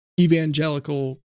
evangelical